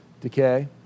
decay